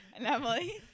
Emily